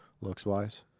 Looks-wise